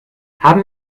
haben